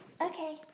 Okay